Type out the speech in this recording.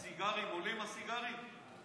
הסיגרים עולים, הסיגרים?